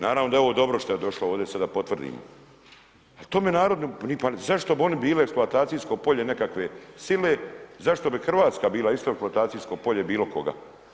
Naravno da je ovo dobro što je došlo ovdje sada da potvrdimo ali tome narodu, pa zašto bi oni bili eksploatacijsko polje nekakve sile, zašto bi Hrvatska bila isto eksploatacijsko polje bilo koga?